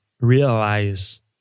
realize